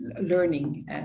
learning